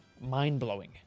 mind-blowing